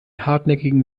hartnäckigen